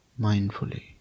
mindfully